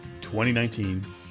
2019